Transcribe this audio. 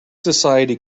society